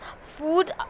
food